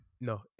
No